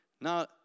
Now